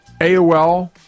AOL